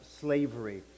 slavery